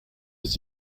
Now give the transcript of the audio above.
ist